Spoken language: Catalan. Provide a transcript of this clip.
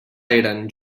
eren